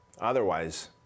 Otherwise